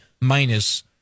minus